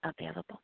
available